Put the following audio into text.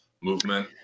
movement